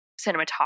cinematography